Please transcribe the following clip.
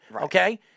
Okay